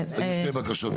הראשונה,